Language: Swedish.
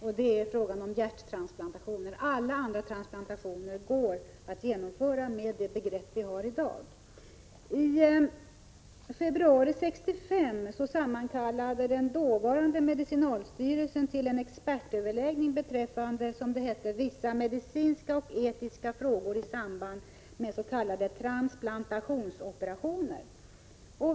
Och det är fråga om hjärttransplantationer, för alla andra transplantationer går att genomföra med det begrepp vi har i dag. I februari 1965 kallade den dåvarande medicinalstyrelsen till en expertöverläggning beträffande, som det hette, vissa medicinska och etiska frågor i samband med s.k. transplantationsoperationer.